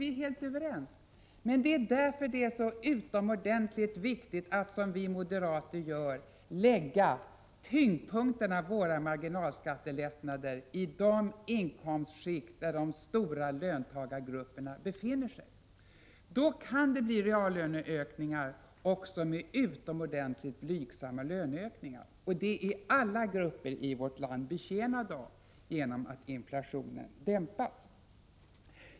Vi är helt överens, men det är därför utomordentligt viktigt att, som vi moderater gör, lägga tyngdpunkten i våra marginalskattelättnader på de inkomstskikt där de stora löntagargrupperna befinner sig. Då kan det bli reallöneökningar också med utomordentligt blygsamma löneökningar, och det är alla grupper i vårt land betjänade av, genom att inflationen dämpas.